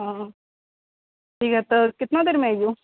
ओ ठीक है तऽ कितना देरमे आइयो